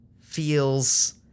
feels